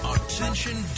Attention